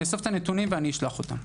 אני אאסוף אותם ואשלח אותם.